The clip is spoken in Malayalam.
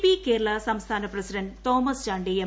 പി കേരള സംസ്ഥാന പ്രിസിഡന്റ് തോമസ് ചാണ്ടി എം